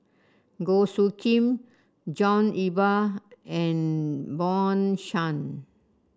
Goh Soo Khim John Eber and Bjorn Shen